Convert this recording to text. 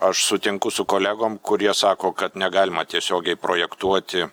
aš sutinku su kolegom kurie sako kad negalima tiesiogiai projektuoti